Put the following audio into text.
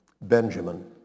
Benjamin